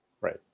Right